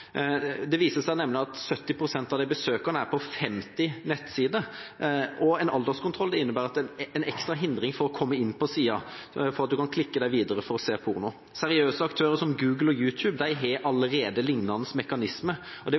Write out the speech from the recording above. Det viser seg nemlig at 70 pst. av de besøkende er på 50 nettsider, og en alderskontroll innebærer en ekstra hindring for å komme inn på sidene for å klikke seg videre for å se porno. Seriøse aktører som Google og YouTube har allerede lignende mekanismer. Det